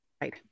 Right